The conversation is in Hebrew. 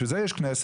בשביל זה יש כנסת,